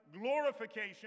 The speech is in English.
glorification